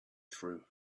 through